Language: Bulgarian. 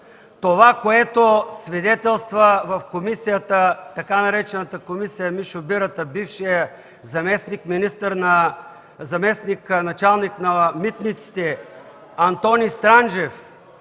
това, което свидетелства в така наречената комисия „Мишо Бирата” бившият заместник-началник на митниците Антоний Странджев,